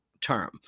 term